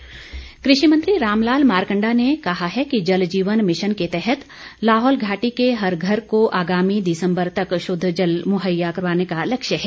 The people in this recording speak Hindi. मारकण्डा कृषि मंत्री रामलाल मारकण्डा ने कहा है कि जल जीवन मिशन के तहत लाहौल घाटी के हर घर को आगामी दिसम्बर तक शुद्ध जल मुहैया करवाने का लक्ष्य है